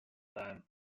time